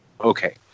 okay